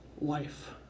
life